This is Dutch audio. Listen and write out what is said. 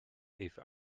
even